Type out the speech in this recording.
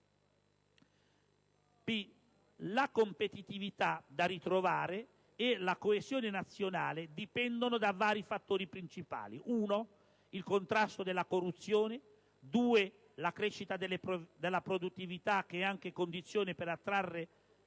La competitività da ritrovare e la coesione nazionale dipendono da vari fattori principali: 1) il contrasto della corruzione; 2) la crescita della produttività, che è anche condizione per attrarre